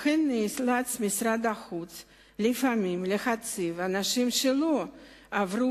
לכן נאלץ משרד החוץ לפעמים להציב אנשים שלא עברו